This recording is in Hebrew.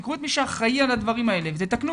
תקחו את מי שאחראי על הדברים הללו ותתקנו.